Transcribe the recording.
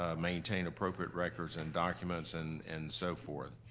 ah maintain appropriate records and documents, and and so forth.